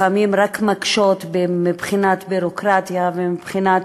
לפעמים רק מקשות מבחינת ביורוקרטיה ומבחינת